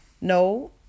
No